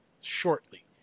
shortly